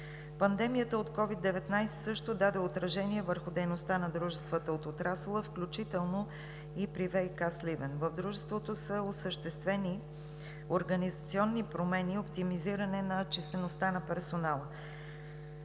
Пандемията от COVID-19 също даде отражение върху дейността на дружествата от отрасъла, включително и при „ВиК – Сливен“. В Дружеството са осъществени организационни промени и оптимизиране на числеността на персонала.